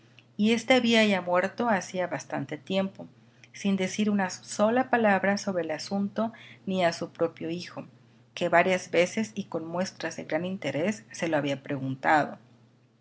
y este había ya muerto hacía bastante tiempo sin decir una sola palabra sobre el asunto ni a su propio hijo que varias veces y con muestras de gran interés se lo había preguntado